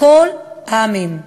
בכל העמים.